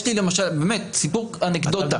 אנקדוטה.